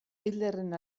hitlerren